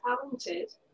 talented